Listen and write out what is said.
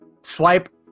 swipe